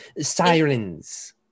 Sirens